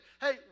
hey